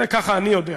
ככה אני יודע.